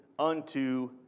Unto